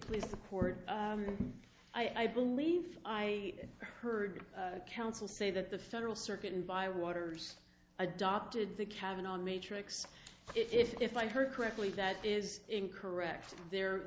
please support i believe i heard counsel say that the federal circuit in by waters adopted the cabin on matrix if i heard correctly that is incorrect there